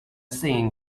singing